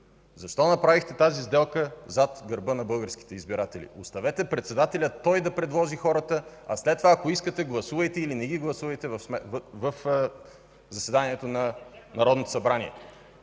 Защо направихте тази сделка зад гърба на българските избиратели? Оставете председателят да предложи хората, а след това, ако искате, гласувайте, или не ги гласувайте, в заседанието на Народното събрание.